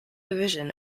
division